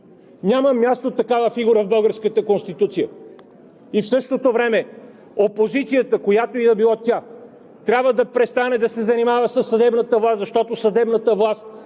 Няма място такава фигура в българската Конституция! И в същото време опозицията, която и да била тя, трябва да престане да се занимава със съдебната власт, защото съдебната власт